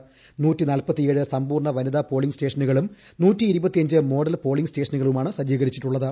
ങ്ങൾ വനിതാ പോളിംഗ് സ്റ്റേഷനുകളും ജട് മോഡൽ പോളിംഗ് സ്റ്റേഷനുകളുമാണ് സജീകരിച്ചിട്ടുള്ളത്